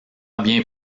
bien